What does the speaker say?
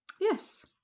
yes